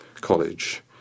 college